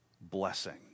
blessing